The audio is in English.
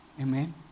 Amen